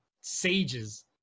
sages